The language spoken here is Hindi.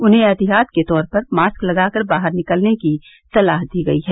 उन्हें एहतियात के तौर पर मास्क लगाकर बाहर निकलने की सलाह दी गई है